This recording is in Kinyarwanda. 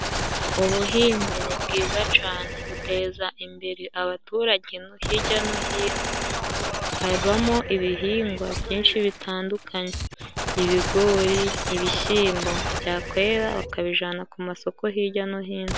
Ubuhinzi ni bwiza cyane, buteza imbere abaturage hirya no hino, habamo ibihingwa byinshi bitandukanye: ibigori, ibishyimbo, bya kwera bakabijyana ku masoko hirya no hino.